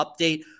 update